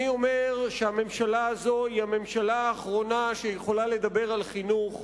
אני אומר שהממשלה הזאת היא הממשלה האחרונה שיכולה לדבר על חינוך,